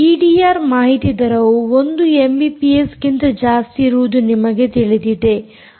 EDR ಮಾಹಿತಿ ದರವು 1 ಎಮ್ಬಿಪಿಎಸ್ಗಿಂತ ಜಾಸ್ತಿಯಿರುವುದು ನಿಮಗೆ ತಿಳಿದಿದೆ